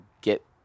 get